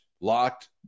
locked